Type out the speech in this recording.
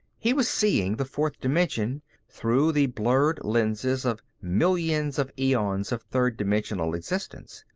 he was seeing the fourth dimension through the blurred lenses of millions of eons of third-dimensional existence.